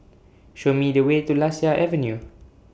Show Me The Way to Lasia Avenue